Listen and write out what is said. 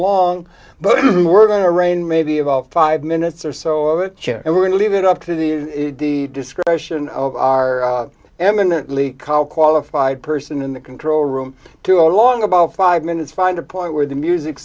long but we're going to rain maybe of all five minutes or so of it and we're going to leave it up to the discretion of our eminently qualified person in the control room to along about five minutes find a point where the music